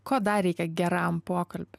ko dar reikia geram pokalbiui